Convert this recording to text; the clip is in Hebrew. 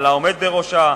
על העומד בראשה,